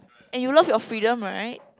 and you love your freedom right